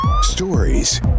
stories